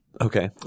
okay